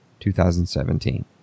2017